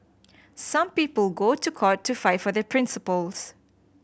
some people go to court to fight for their principles